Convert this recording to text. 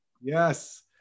Yes